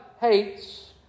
hates